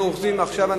אני